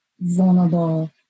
vulnerable